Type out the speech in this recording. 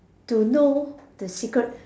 to know the secret